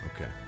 Okay